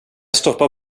stoppa